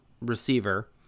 receiver